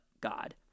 God